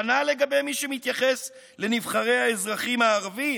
כנ"ל לגבי מי שמתייחס לנבחרי האזרחים הערבים,